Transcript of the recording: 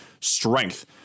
strength